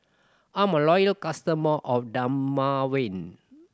I'm a loyal customer of Dermaveen